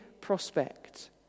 prospect